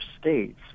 states